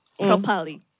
Properly